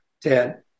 Ted